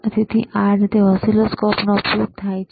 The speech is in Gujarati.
તેથી આ રીતે ઓસિલોસ્કોપ્સનો ઉપયોગ થાય છે